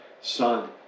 son